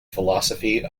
philosophy